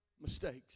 Mistakes